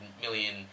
million